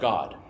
God